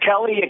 Kelly